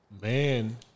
man